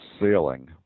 sailing